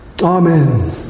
Amen